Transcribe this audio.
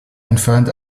entfernt